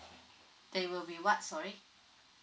they will be what sorry